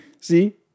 See